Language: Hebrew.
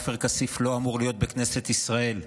עופר כסיף לא אמור להיות בכנסת ישראל.